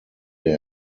der